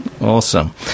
Awesome